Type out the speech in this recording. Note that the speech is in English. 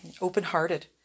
open-hearted